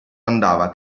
andava